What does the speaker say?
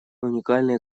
уникальные